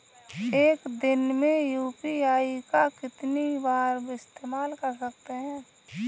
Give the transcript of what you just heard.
एक दिन में यू.पी.आई का कितनी बार इस्तेमाल कर सकते हैं?